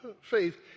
faith